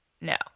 No